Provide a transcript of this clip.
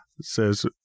says